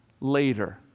later